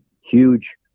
huge